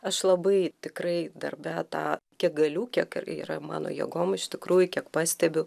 aš labai tikrai darbe tą kiek galiu kiek ir yra mano jėgom iš tikrųjų kiek pastebiu